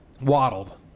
Waddled